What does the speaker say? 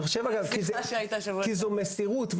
כי זו מסירות.